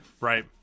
Right